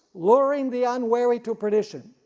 luring the unwary to perdition.